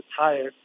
tired